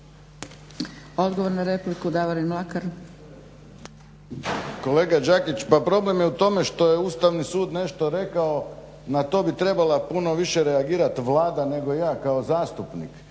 Odgovor na repliku, Davorin Mlakar,